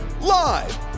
Live